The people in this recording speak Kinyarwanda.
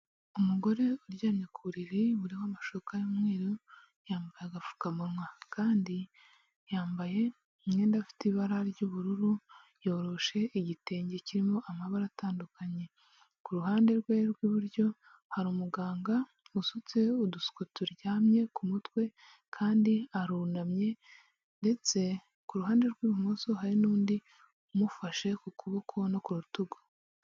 Umugore uryamye ku buriri buriho amashuka y'umweru, yambaye agapfukamunwa kandi yambaye imyenda afite ibara ry'ubururu ,yoroshe igitenge kirimo amabara atandukanye .Ku ruhande rwe rw'iburyo hari umuganga wasutse udusuko turyamye ku mutwe kandi arunamye ndetse ku ruhande rw'ibumoso hari n'undi umufashe ku kuboko no ku rutugu.